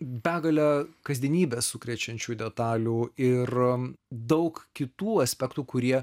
begalę kasdienybę sukrečiančių detalių ir daug kitų aspektų kurie